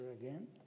again